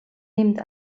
nimmt